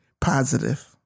positive